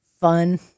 fun